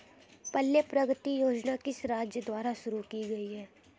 पल्ले प्रगति योजना किस राज्य द्वारा शुरू की गई है?